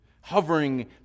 hovering